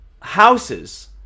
houses